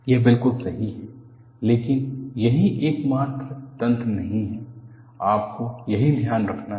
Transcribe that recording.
यह बिल्कुल सही है लेकिन यही एकमात्र तंत्र नहीं है आपको यही ध्यान रखना है